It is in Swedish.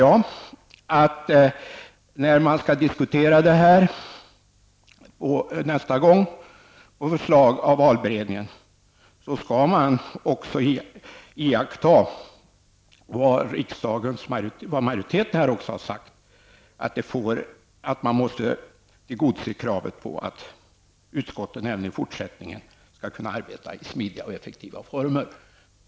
När denna fråga skall diskuteras nästa gång på förslag av valberedningen menar jag att man skall iaktta vad riksdagens majoritet har sagt, dvs. att utskotten även i fortsättningen skall kunna arbeta i smidiga effektiva former.